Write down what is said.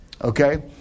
Okay